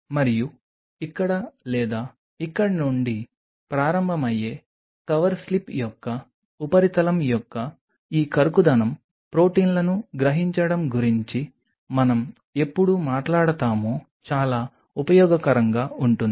మరియు ఇక్కడ లేదా ఇక్కడ నుండి ప్రారంభమయ్యే కవర్ స్లిప్ యొక్క ఉపరితలం యొక్క ఈ కరుకుదనం ప్రోటీన్లను గ్రహించడం గురించి మనం ఎప్పుడు మాట్లాడతామో చాలా ఉపయోగకరంగా ఉంటుంది